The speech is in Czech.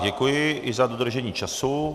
Děkuji i za dodržení času.